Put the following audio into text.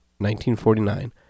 1949